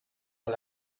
con